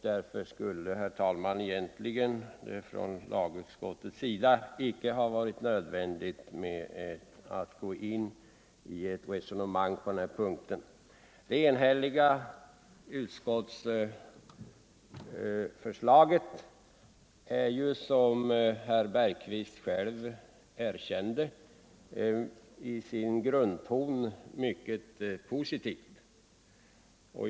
Därför skulle det, herr talman, egentligen från lagutskottets sida inte ha varit nödvändigt att gå in i ett resonemang på den här punkten. Det enhälliga utskottsförslaget är ju i sin grundton mycket positivt.